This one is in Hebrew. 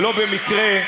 ולא במקרה,